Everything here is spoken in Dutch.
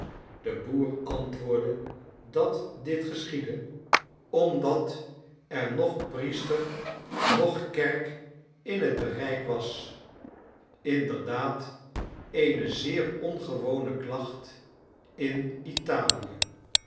de boer antwoordde dat dit geschiedde om tafereelen uit italie dat er noch priester noch kerk in het bereik was inderdaad eene zeer ongewone klacht in italie